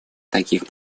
таких